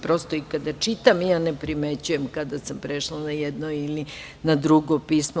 Prosto, i kada čitam, ja ne primećujem kada sam prešla na jedno ili na drugo pismo.